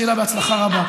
שיהיה לה בהצלחה רבה.